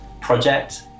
project